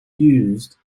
used